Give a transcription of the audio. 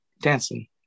Dancing